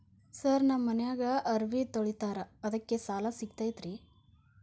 Sir ನಮ್ಮ ಮನ್ಯಾಗ ಅರಬಿ ತೊಳಿತಾರ ಅದಕ್ಕೆ ಸಾಲ ಸಿಗತೈತ ರಿ?